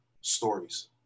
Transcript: stories